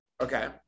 okay